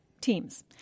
teams